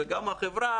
וגם החברה,